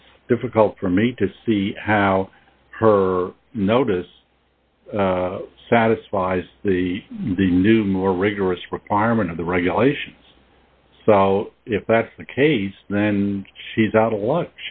it's difficult for me to see how her notice satisfies the the new more rigorous requirement of the regulations if that's the case then she's out of luck